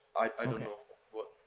i don't know what,